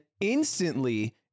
instantly